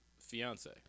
fiance